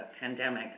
pandemic